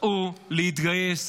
צאו להתגייס,